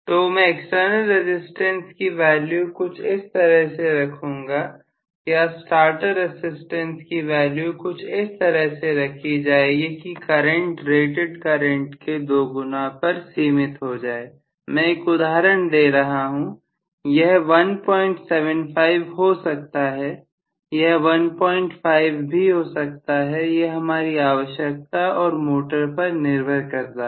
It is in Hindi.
तो मैं एक्सटर्नल रसिस्टेंस की वैल्यू कुछ इस तरह से रखूंगा या स्टार्टर रसिस्टेंस की वैल्यू इस तरह से रखी जाएगी कि करंट रेटेड करंट के दोगुना पर सीमित हो जाए मैं एक उदाहरण दे रहा हूं यह 175 हो सकता है यह 15 भी हो सकता है यह हमारी आवश्यकता और मोटर पर निर्भर करता है